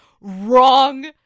wrong